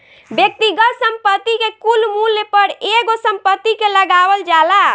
व्यक्तिगत संपत्ति के कुल मूल्य पर एगो संपत्ति के लगावल जाला